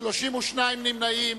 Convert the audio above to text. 32 נמנעים.